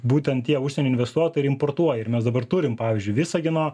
būtent tie užsienio investuotojai ir importuoja ir mes dabar turim pavyzdžiui visagino